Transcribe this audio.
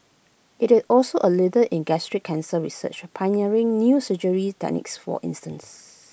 IT is also A leader in gastric cancer research pioneering new surgery techniques for instance